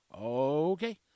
Okay